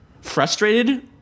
frustrated